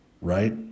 right